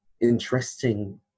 interesting